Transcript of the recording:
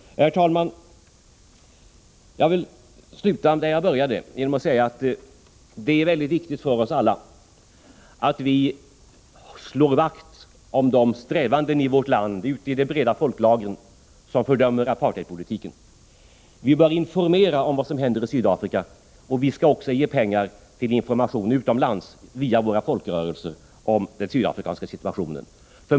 Herr talman! Jag vill sluta där jag började genom att säga att det är mycket viktigt för oss alla att vi slår vakt om de strävanden som finns i vårt land, ute i de breda folklagren, att fördöma apartheidpolitiken. Vi bör informera om vad som händer i Sydafrika. Vi skall också ge pengar till information utomlands, via våra folkrörelser, om Sydafrikasituationen.